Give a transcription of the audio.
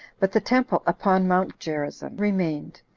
but the temple upon mount gerizzim remained.